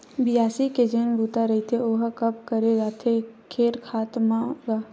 बियासी के जेन बूता रहिथे ओहा कब करे जाथे खेत खार मन म गा?